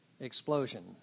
explosion